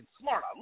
smart